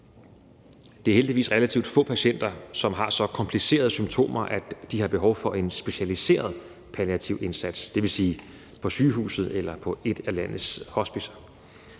Det er heldigvis relativt få patienter, som har så komplicerede symptomer, at de har behov for en specialiseret palliativ indsats, dvs. på sygehuset eller på et af landets hospicer.